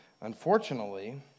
Unfortunately